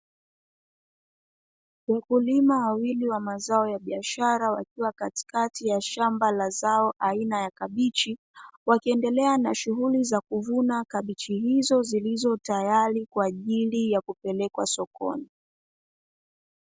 Wakulima wawili wa mazao ya biashara wakiwa katikati ya shamba la zao aina ya kabichi, wakiendelea na shughuli za kuvuna kabichi hizo zilizo tayari kwa ajili ya kupelekwa sokoni.